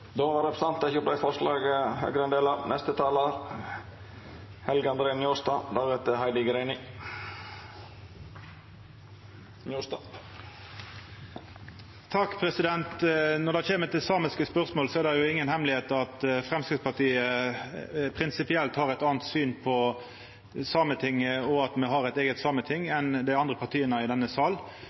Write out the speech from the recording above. Då har representanten Olemic Thommessen teke opp forslaget han refererte til. Når det kjem til samiske spørsmål, er det inga hemmelegheit at Framstegspartiet prinsipielt har eit anna syn enn dei andre partia i denne salen på Sametinget og det at me har eit eige sameting.